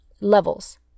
levels